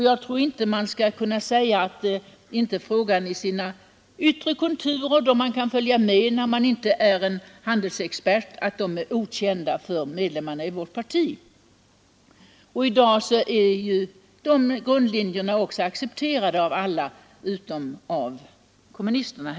Jag tror inte att man skall kunna säga att frågans yttre konturer är okända för medlemmarna i vårt parti. Man har kunnat följa med utan att vara handelsexpert. I dag är dessa grundlinjer också accepterade av alla utom av kommunisterna.